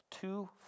two